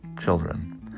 children